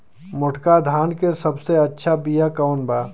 मोटका धान के सबसे अच्छा बिया कवन बा?